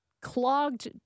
clogged